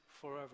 forever